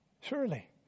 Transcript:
Surely